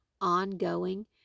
ongoing